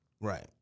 Right